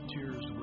Tears